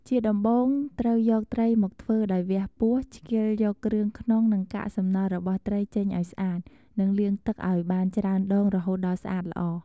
ជាដំបូង ត្រូវយកត្រីមកធ្វើដោយវះពោះ ឆ្កៀលយកគ្រឿងក្នុងនិងកាកសំណល់របស់ត្រីចេញឱ្យស្អាតនិងលាងទឹកអោយបានច្រើនដងរហូតដល់ស្អាតល្អ។